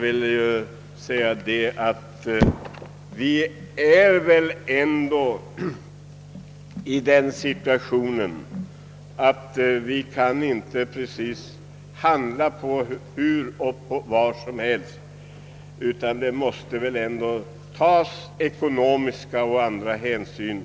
Vi befinner oss i den situationen att vi inte kan handla utan att ta ekonomiska och andra hänsyn.